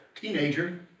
teenager